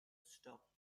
stop